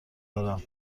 دارم